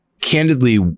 Candidly